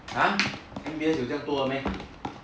!huh! M_B_S 有这样多的 meh